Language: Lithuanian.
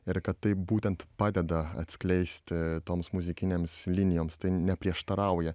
ir kad tai būtent padeda atskleisti toms muzikinėms linijoms tai neprieštarauja